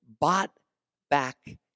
bought-back